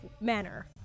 manner